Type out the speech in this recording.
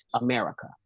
America